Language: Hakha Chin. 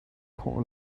khawh